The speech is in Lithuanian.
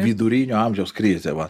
vidurinio amžiaus krizė va